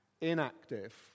inactive